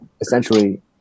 essentially